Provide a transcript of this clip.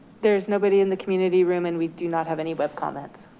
there's nobody in the community room and we do not have any bad comments.